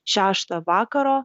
šeštą vakaro